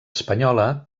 espanyola